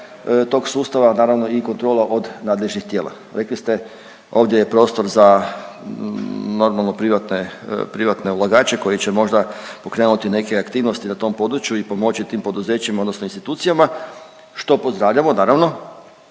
tog sustava naravno i kontrola od nadležnih tijela. Rekli ste, ovdje je prostor za normalno privatne, privatne ulagače koji će možda pokrenuti neke aktivnosti na tom području i pomoći tim poduzećima odnosno institucijama što pozdravljamo naravno